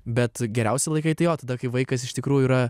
bet geriausi laikai tai jo tada kai vaikas iš tikrųjų yra